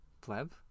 pleb